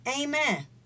Amen